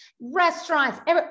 restaurants